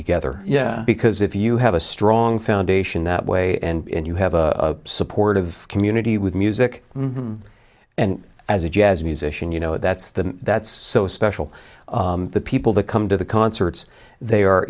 together yeah because if you have a strong foundation that way and you have a supportive community with music and as a jazz musician you know that's the that's so special the people that come to the concerts they are